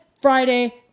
Friday